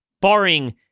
barring